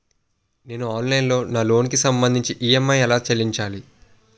నేను ఆన్లైన్ లో నా లోన్ కి సంభందించి ఈ.ఎం.ఐ ఎలా చెల్లించాలి?